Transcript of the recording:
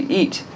eat